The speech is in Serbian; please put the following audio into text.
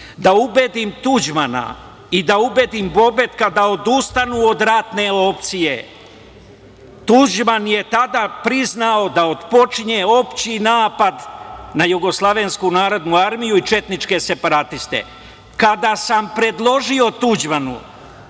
da ubedim Tuđmana i da ubedim Bobetka da odustanu od ratne opcije, Tuđman je tada priznao da počinje opšti napad na JNA i četničke separatiste. Kada sam predložio Tuđmanu